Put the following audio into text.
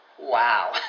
Wow